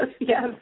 yes